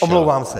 Omlouvám se.